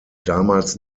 damals